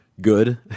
good